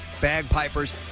Bagpipers